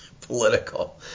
political